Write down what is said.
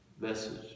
message